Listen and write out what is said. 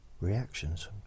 reactions